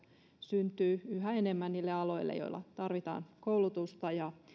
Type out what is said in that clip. syntyvät yhä enemmän niille aloille joilla tarvitaan koulutusta